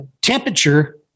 temperature